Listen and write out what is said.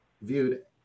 viewed